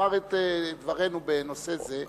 נאמר את דברנו בנושא זה,